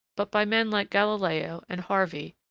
but by men like galileo and harvey,